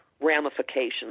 ramifications